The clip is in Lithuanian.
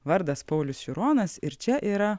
vardas paulius šironas ir čia yra